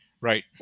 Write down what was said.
right